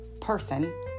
person